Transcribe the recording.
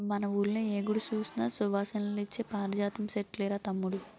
మన వూళ్ళో ఏ గుడి సూసినా సువాసనలిచ్చే పారిజాతం సెట్లేరా తమ్ముడూ